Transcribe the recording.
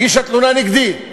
הגישה תלונה נגדי.